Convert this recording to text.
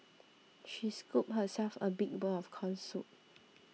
she scooped herself a big bowl of Corn Soup